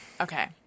Okay